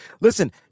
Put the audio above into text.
Listen